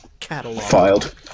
Filed